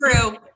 true